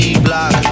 D-Block